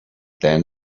then